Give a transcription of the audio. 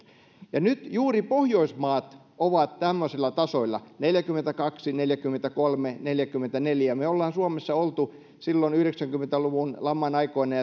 juuri nyt pohjoismaat ovat tämmöisillä tasoilla neljäkymmentäkaksi neljäkymmentäkolme neljäkymmentäneljä me olemme suomessa olleet silloin yhdeksänkymmentä luvun laman aikoina